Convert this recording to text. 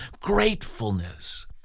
Gratefulness